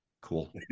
cool